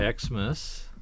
Xmas